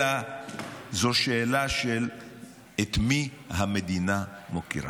אלא זו שאלה של את מי המדינה מוקירה.